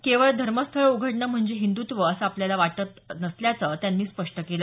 केवळ धर्मस्थळं उघडणं म्हणजे हिंदृत्व असं आपल्याला वाटत नसल्याचं त्यांनी स्पष्ट केलं